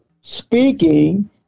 speaking